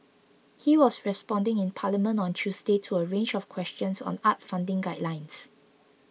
he was responding in Parliament on Tuesday to a range of questions on arts funding guidelines